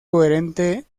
coherente